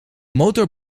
motor